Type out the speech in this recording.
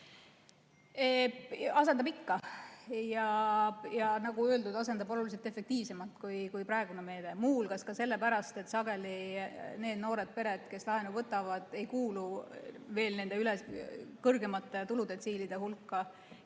Asendab ikka ja nagu öeldud, asendab oluliselt efektiivsemalt kui praegune meede. Muu hulgas sellepärast, et sageli need noored pered, kes laenu võtavad, ei kuulu veel nendesse kõrgematesse tuludetsiilidesse ja